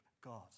God